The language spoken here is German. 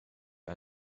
wir